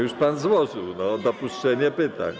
Już pan złożył - o dopuszczenie pytań.